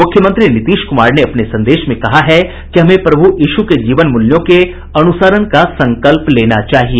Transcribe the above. मुख्यमंत्री नीतीश कुमार ने अपने संदेश में कहा है कि हमें प्रभु यीशू के जीवन मूल्यों के अनुसरण का संकल्प लेना चाहिए